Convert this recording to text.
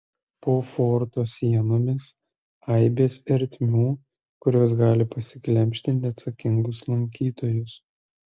po forto sienomis aibės ertmių kurios gali pasiglemžti neatsakingus lankytojus